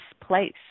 place